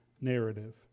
narrative